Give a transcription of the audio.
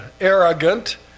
arrogant